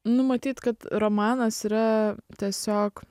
nu matyt kad romanas yra tiesiog